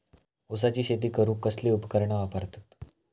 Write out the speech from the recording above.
ऊसाची शेती करूक कसली उपकरणा वापरतत?